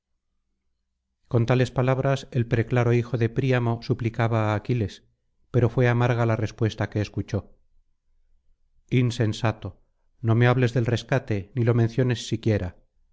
con tales palabras el preclaro hijo de príamo suplicaba á aquiles pero fué amarga la respuesta que escuchó insensato no me hables del rescate ni lo menciones siquiera